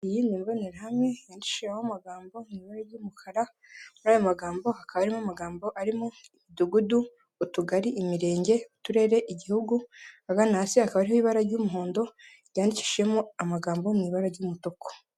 Iyi ni mbonerahamwe yandikishijeho amagambo mu ibara ry'umukara, muri ayo magambo hakaba harimo amagambo arimo: Umudugudu, utugari, imirenge, uturere, igihugu, ahagana hasi hakaba hari ibara ry'umuhondo ryandikishijemo amagambo mu ibara ry'umutuku.